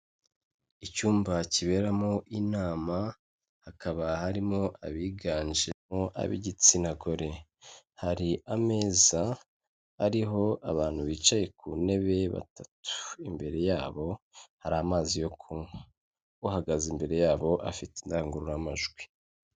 Icyumba kiberamo inama, hakaba harimo abiganjemo ab'igitsina gore, hari ameza ariho abantu bicaye ku ntebe batatu, imbere yabo hari amazi yo kunywa, uhagaze imbere yabo afite indangururamajwi.